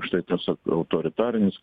štai tas a autoritarinis